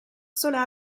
sola